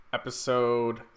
episode